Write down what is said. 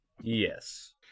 Yes